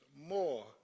more